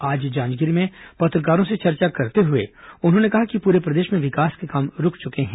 आज जांजगीर में पत्रकारों से चर्चा करते हुए उन्होंने कहा कि पूरे प्रदेश में विकास के काम रूक चुके हैं